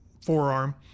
forearm